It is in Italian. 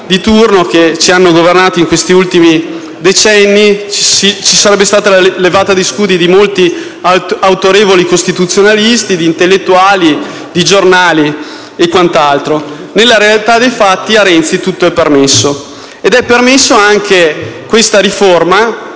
quelli che ci hanno governati in questi ultimi decenni, e vi sarebbe stata la levata di scudi di molti autorevoli costituzionalisti e intellettuali, dei giornali e di quant'altro. Nella realtà dei fatti, però, a Renzi tutto è permesso, come pure questa riforma